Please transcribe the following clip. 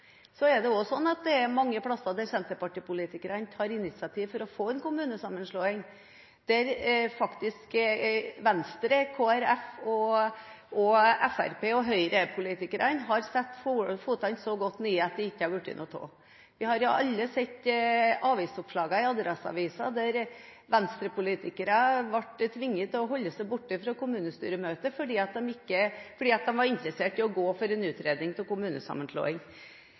Så er det slik at det er mange steder der Senterparti-politikerne tar initiativ for å få en kommunesammenslåing der faktisk Venstre-, Kristelig Folkeparti-, Fremskrittsparti- og Høyre-politikerne har satt ned foten så godt at det ikke har blitt noe av. Vi har jo alle sett avisoppslagene i Adresseavisen der Venstre-politikere ble tvunget til å holde seg borte fra kommunestyremøtet fordi de var interessert i å gå for en utredning av kommunesammenslåing.